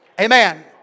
amen